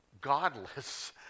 godless